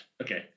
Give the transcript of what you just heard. okay